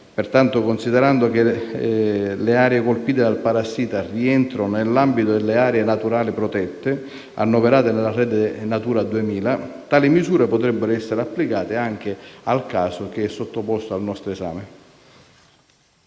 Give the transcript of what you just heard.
Pertanto, considerando che le aree colpite dal parassita rientrano nell'ambito delle aree naturali protette annoverate nella Rete Natura 2000, tali misure potrebbero essere applicate nel caso in esame.